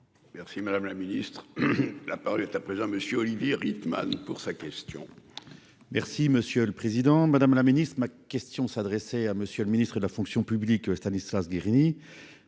Merci madame la ministre. La parole est à présent monsieur Olivier Rickman pour sa question. Merci, monsieur le Président Madame la Ministre. Ma question s'adressait à Monsieur le Ministre de la fonction publique Stanislas Guerini.